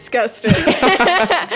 Disgusting